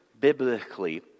biblically